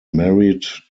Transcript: married